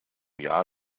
jahr